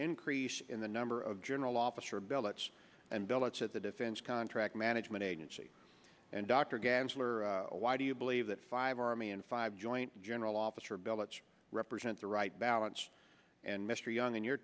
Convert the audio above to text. increase in the number of general officer belts and billets at the defense contract management agency and dr gansler why do you believe that five army and five joint general officer billets represent the right balance and mr young in your